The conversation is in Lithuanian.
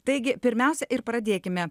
taigi pirmiausia ir pradėkime